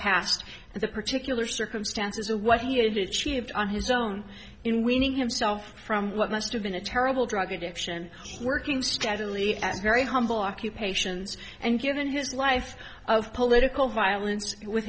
and the particular circumstances of what he did she lived on his own in weaning himself from what must have been a terrible drug addiction working steadily as a very humble occupations and given his life of political violence with